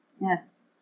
Yes